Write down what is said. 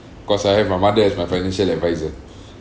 cause I have my mother as my financial advisor